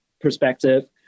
perspective